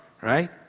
right